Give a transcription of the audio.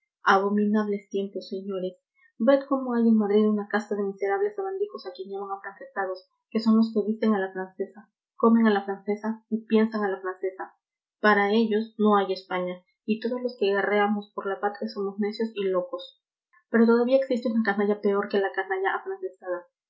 abominables tiempos señores ved cómo hay en madrid una casta de miserables sabandijos a quien llaman afrancesados que son los que visten a la francesa comen a la francesa y piensan a la francesa para ellos no hay españa y todos los que guerreamos por la patria somos necios y locos pero todavía existe una canalla peor que la canalla afrancesada